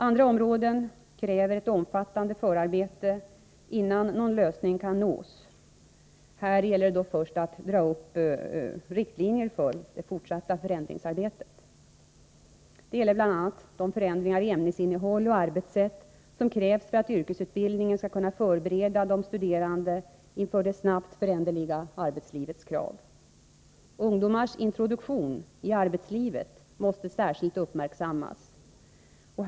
Andra områden kräver ett omfattande förarbete innan någon lösning kan nås. Här gäller det då först att dra upp riktlinjer för det fortsatta förändringsarbetet. Det gäller bl.a. de förändringar i ämnesinnehåll och arbetssätt som krävs för att yrkesutbildningen skall kunna förbereda de studerande inför det snabbt föränderliga arbetslivets krav. Ungdomars introduktion i arbetslivet måste särskilt uppmärksammas.